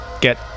get